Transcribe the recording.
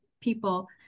people